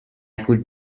could